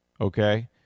okay